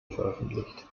veröffentlicht